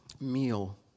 meal